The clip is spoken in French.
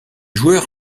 joueurs